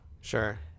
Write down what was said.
Sure